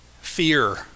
fear